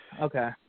Okay